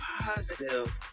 positive